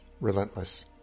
relentless